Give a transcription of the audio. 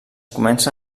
comença